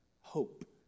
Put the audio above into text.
hope